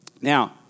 Now